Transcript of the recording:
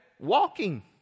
walking